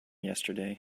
yesterday